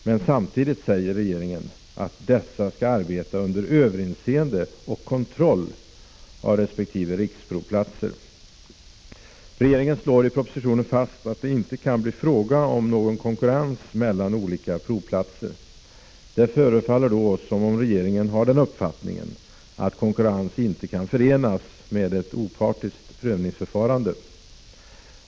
Men samtidigt säger regeringen att dessa skall fungera under överinseende och kontroll av resp. riksprovplatser. Regeringen slår i propositionen fast att det inte kan bli fråga om någon konkurrens mellan olika provplatser. Det förefaller oss som om regeringen har den uppfattningen att konkurrens inte kan förenas med ett opartiskt prövningsförfarande.